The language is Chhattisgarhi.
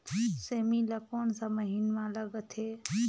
सेमी ला कोन सा महीन मां लगथे?